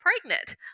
pregnant